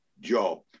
job